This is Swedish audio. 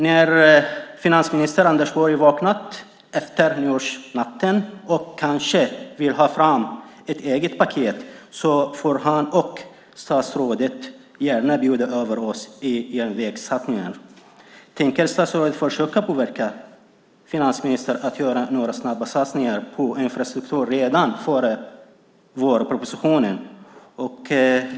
När finansminister Anders Borg vaknar efter nyårsnatten och kanske vill ha fram ett eget paket får han och statsrådet gärna bjuda över oss vad gäller järnvägssatsningar. Tänker statsrådet försöka påverka finansministern att redan innan vårpropositionen läggs fram göra satsningar på infrastruktur?